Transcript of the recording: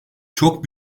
çok